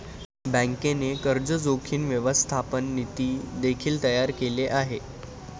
बँकेने कर्ज जोखीम व्यवस्थापन नीती देखील तयार केले आहे